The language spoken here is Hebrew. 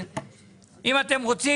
אם אתם רוצים,